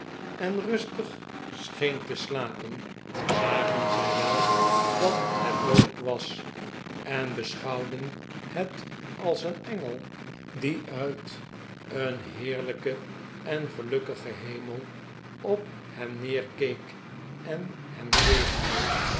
ens pick scheen te slapen zagen zij wel dat het dood was en beschouwden het als een engel die uit een heerlijken en gelukkigen hemel op hen neerkeek en hen zegende